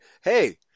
hey